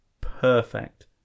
perfect